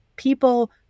People